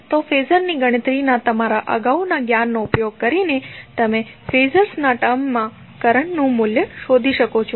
તો ફેઝરની ગણતરીના તમારા અગાઉના જ્ઞાન નો ઉપયોગ કરીને તમે ફેઝરના ટર્મ્સ માં કરન્ટ્સનું મૂલ્ય શોધી શકો છો